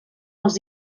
els